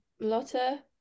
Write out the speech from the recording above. Lotta